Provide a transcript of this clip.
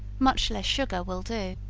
much less sugar will do.